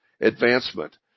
advancement